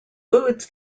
foods